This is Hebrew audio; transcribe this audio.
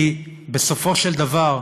כי בסופו של דבר,